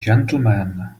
gentlemen